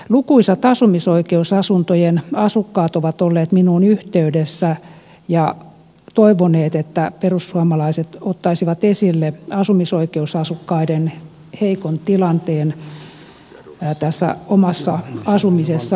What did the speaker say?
lukuisat asumisoikeusasuntojen asukkaat ovat olleet minuun yhteydessä ja toivoneet että perussuomalaiset ottaisivat esille asumisoikeusasukkaiden heikon tilanteen tässä omassa asumisessaan